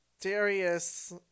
Darius